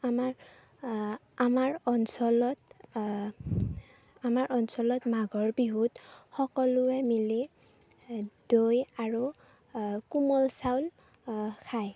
আমাৰ আমাৰ অঞ্চলত আমাৰ অঞ্চলত মাঘৰ বিহুত সকলোৱে মিলি দৈ আৰু কোমল চাউল খায়